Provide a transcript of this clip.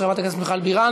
של חברת הכנסת מיכל בירן.